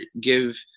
give –